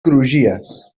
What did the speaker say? crugies